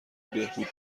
بهبود